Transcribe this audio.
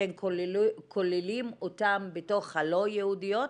אתם כוללים את מבקשות המקלט בתוך הלא יהודיות?